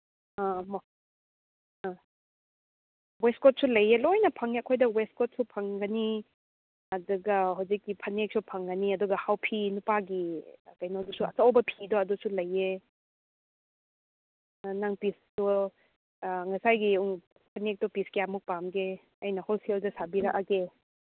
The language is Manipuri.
ꯑꯥ ꯑꯥ ꯋꯦꯁꯀꯣꯠꯁꯨ ꯂꯩꯌꯦ ꯂꯣꯏꯅ ꯐꯪꯉꯦ ꯑꯩꯈꯣꯏꯗ ꯋꯦꯁꯀꯣꯠꯁꯨ ꯐꯪꯒꯅꯤ ꯑꯗꯨꯒ ꯍꯧꯖꯤꯛꯀꯤ ꯐꯅꯦꯛꯁꯨ ꯐꯪꯒꯅꯤ ꯑꯗꯨꯒ ꯍꯥꯎꯐꯤ ꯅꯨꯄꯥꯒꯤ ꯀꯩꯅꯣꯗꯨꯁꯨ ꯑꯆꯧꯕ ꯐꯤꯗꯣ ꯑꯗꯨꯁꯨ ꯂꯩꯌꯦ ꯑ ꯅꯪ ꯄꯤꯁꯇꯣ ꯉꯁꯥꯏꯒꯤ ꯎꯝ ꯐꯅꯦꯛꯇꯣ ꯄꯤꯁ ꯀꯌꯥꯃꯨꯛ ꯄꯥꯝꯒꯦ ꯑꯩꯅ ꯍꯣꯜꯁꯦꯜꯗ ꯁꯥꯕꯤꯔꯛꯑꯒꯦ